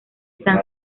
san